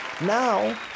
Now